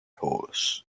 horse